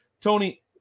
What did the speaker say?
Tony